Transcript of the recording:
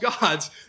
gods